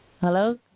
Hello